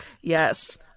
Yes